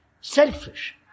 selfish